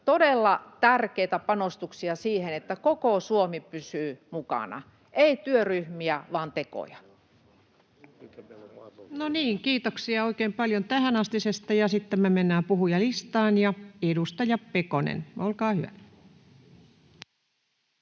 todella tärkeitä panostuksia siihen, että koko Suomi pysyy mukana. Ei työryhmiä vaan tekoja. No niin, kiitoksia oikein paljon tähänastisesta. Sitten me mennään puhujalistaan. — Edustaja Pekonen, olkaa hyvä.